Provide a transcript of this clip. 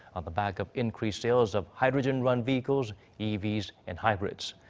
on the back of increased sales of hydrogen-run vehicles, evs and hybrids.